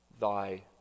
thy